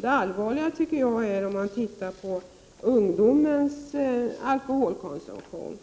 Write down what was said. Det allvarliga anser jag är ungdomens alkoholkonsumtion.